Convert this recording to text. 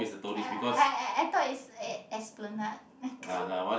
I I I thought is Es~ Esplanade